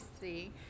see